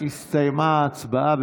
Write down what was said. הסתיימה ההצבעה.